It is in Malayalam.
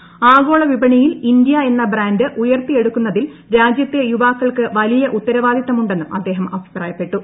എന്ന ആഗോളവിപണിയിൽ ഇന്ത്യ ഉയർത്തിയെടുക്കുന്നതിൽ രാജ്യത്തെ യുവാക്കൾക്ക് വലിയ ഉത്തരവാദിത്തമുണ്ടെന്നും അദ്ദേഹം അഭിപ്രായപ്പെട്ടു